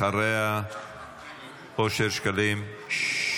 אחריה, אושר שקלים.